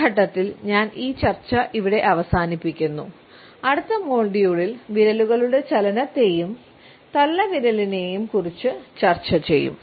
ഈ ഘട്ടത്തിൽ ഞാൻ ഈ ചർച്ച അവസാനിപ്പിക്കുന്നു അടുത്ത മൊഡ്യൂളിൽ വിരലുകളുടെ ചലനത്തെയും തള്ളവിരലിനെയും കുറിച്ച് ചർച്ച ചെയ്യും